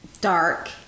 dark